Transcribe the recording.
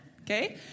Okay